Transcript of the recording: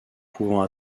pouvant